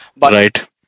Right